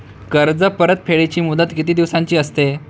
कर्ज परतफेडीची मुदत किती दिवसांची असते?